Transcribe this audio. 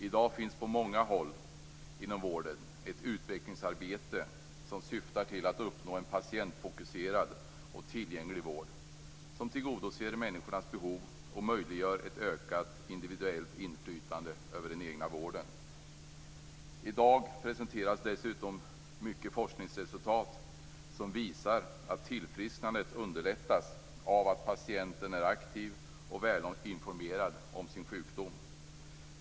I dag finns på många håll inom vården ett utvecklingsarbete som syftar till att uppnå en patientfokuserad och tillgänglig vård som tillgodoser människornas behov och möjliggör ett ökat individuellt inflytande över den egna vården. I dag presenteras dessutom många forskningsresultat som visar att tillfrisknandet underlättas av att patienten är aktiv och välinformerad om sin sjukdom.